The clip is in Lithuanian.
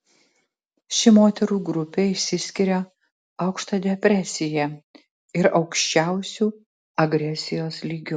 ši moterų grupė išsiskiria aukšta depresija ir aukščiausiu agresijos lygiu